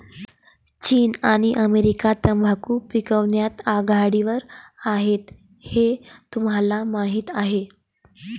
चीन आणि अमेरिका तंबाखू पिकवण्यात आघाडीवर आहेत हे तुम्हाला माहीत आहे